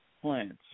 plants